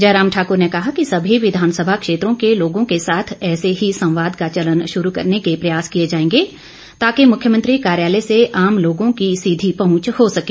जयराम ठाकुर ने कहा कि सभी विधानसभा क्षेत्रों के लोगों के साथ ऐसे ही संवाद का चलन शुरू करने के प्रयास किए जाएंगे ताकि मुख्यमंत्री कार्यालय से आम लोगों की सीधी पहुंच हो सके